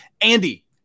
Andy